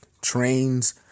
trains